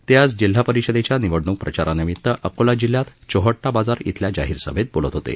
ते आज जिल्हा परिषदेच्या निवडणूक प्रचारानिमित अकोला जिल्ह्यात चोहट्टा बाजार इथल्या जाहीर सभेत बोलत होते